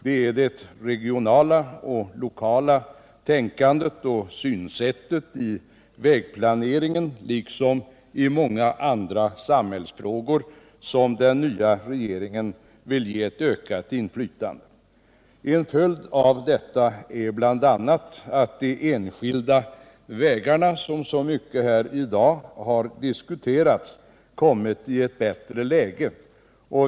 Det är det regionala och lokala tänkandet och synsättet beträffande vägplaneringen liksom när det gäller många andra samhällsfrågor som den nya regeringen vill ge ökat inflytande. En följd av detta är bl.a. att de enskilda vägarna, som diskuterats så mycket här i dag, har kommit i ett bättre läge.